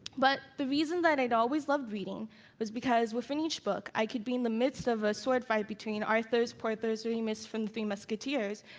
but the reason that i'd always loved reading was because within each book i could be in the midst of a swordfight between arthos, porthos and remus from the three musketeers,